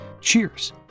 Cheers